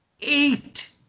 Eight